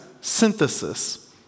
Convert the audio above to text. Synthesis